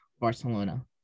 Barcelona